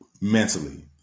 mentally